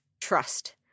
trust